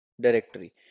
Directory